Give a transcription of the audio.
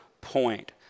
point